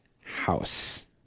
house